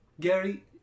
Gary